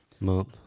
month